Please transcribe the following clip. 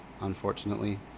unfortunately